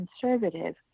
conservative